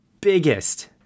biggest